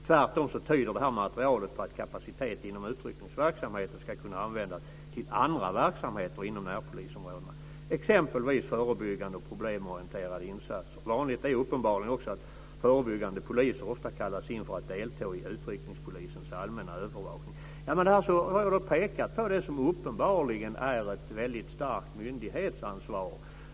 Tvärtom tyder materialet på att kapacitet inom utryckningsverksamheten ska kunna användas till andra verksamheter inom närpolisområdena. Det gäller exempelvis förebyggande och problemorienterade insatser. Vanligt är uppenbarligen också att förebyggande poliser kallas in för att delta i utryckningspolisens allmänna övervakning. Här har jag pekat på det som uppenbarligen är ett starkt myndighetsansvar.